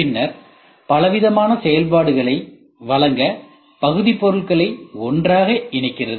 பின்னர் பலவிதமான செயல்பாடுகளை வழங்க பகுதிப் பொருட்களை ஒன்றாக இணைக்கிறது